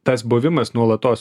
tas buvimas nuolatos